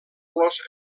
los